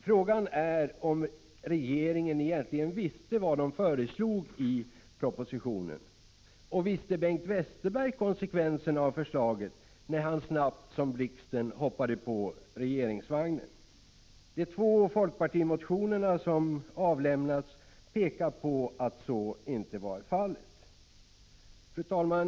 Frågan är om regeringen egentligen visste vad den föreslog i propositionen, och kände Bengt Westerberg till konsekvenserna av förslaget när han snabbt som blixten hoppade på regeringsvagnen? De två folkpartimotioner som avlämnats pekar på att inte så var fallet. Fru talman!